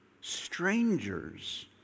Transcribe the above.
strangers